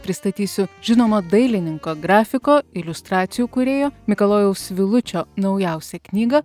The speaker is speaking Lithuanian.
pristatysiu žinomo dailininko grafiko iliustracijų kūrėjo mikalojaus vilučio naujausią knygą